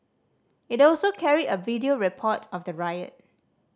it also carried a video report of the riot